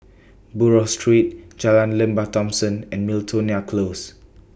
Buroh Street Jalan Lembah Thomson and Miltonia Close